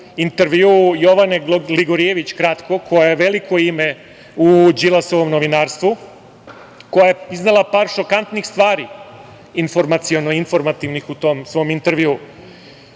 intervju Jovane Gligorijević kratko, koja je veliko ime u Đilasovom novinarstvu, koja je iznela par šokantnih stvari, informaciono-informativnih u tom svom intervjuu. Ona